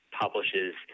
publishes